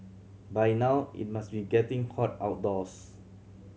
by now it must be getting hot outdoors